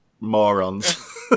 morons